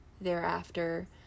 thereafter